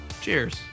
Cheers